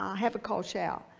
ah have a cold shower.